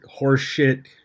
horseshit